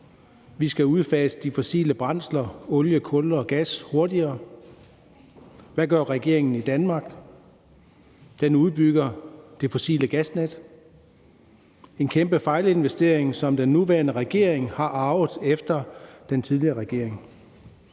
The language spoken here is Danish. Vi skal udfase de fossile brændsler, olie, kul og gas, hurtigere. Hvad gør regeringen i Danmark? Den udbygger det fossile gasnet – en kæmpe fejlinvestering, som den nuværende regering har arvet efter den tidligere regering.